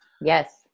Yes